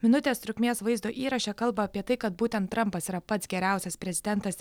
minutės trukmės vaizdo įraše kalba apie tai kad būtent trampas yra pats geriausias prezidentas